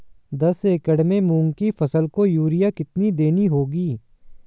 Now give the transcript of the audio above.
दस एकड़ में मूंग की फसल को यूरिया कितनी देनी होगी?